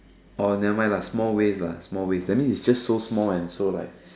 or never mind lah small ways lah small ways that mean it's just so small like